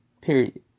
Period